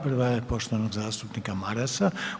Prva je poštovanog zastupnika Marasa.